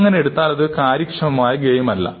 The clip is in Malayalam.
അങ്ങിനെ എടുത്താൽ അതൊരു കാര്യക്ഷമമായ ഗെയിം അല്ല